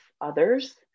others